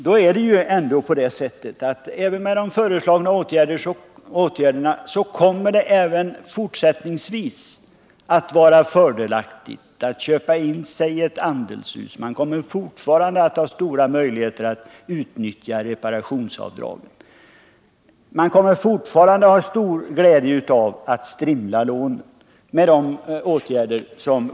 Men även med de föreslagna åtgärderna kommer det fortsättningsvis att vara fördelaktigt att köpa in sig i ett andelshus. Det ger även fortsättningsvis stora möjligheter att utnyttja reparationsavdrag, och man kommer fortfarande att ha stor glädje av att strimla lånen.